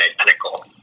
identical